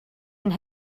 and